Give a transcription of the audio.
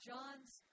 John's